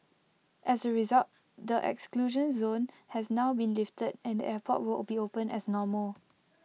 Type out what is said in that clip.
as A result the exclusion zone has now been lifted and the airport will be open as normal